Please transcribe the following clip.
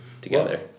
together